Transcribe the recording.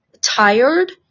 tired